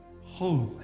Holy